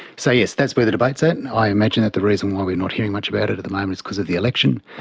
so yes, that's where the debate's at. and i imagine that the reason why we're not hearing much about it at the moment is because of the election.